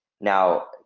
Now